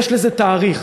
יש לזה תאריך.